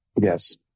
yes